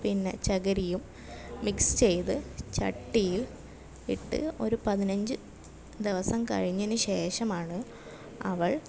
പിന്നെ ചകിരിയും മിക്സ് ചെയ്ത് ചട്ടിയിൽ ഇട്ട് ഒരു പതിനഞ്ച് ദിവസം കഴിഞ്ഞതിനുശേഷമാണ് അവൾ